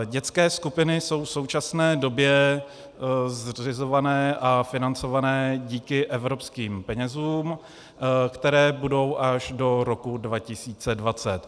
Dětské skupiny jsou v současné době zřizované a financované díky evropským penězům, které budou až do roku 2020.